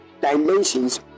dimensions